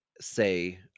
say